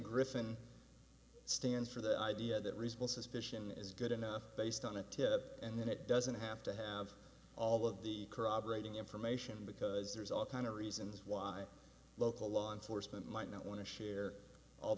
griffin stands for the idea that reasonable suspicion is good enough based on a tip and then it doesn't have to have all of the corroborating information because there's all kinds of reasons why local law enforcement might not want to share all